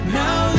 now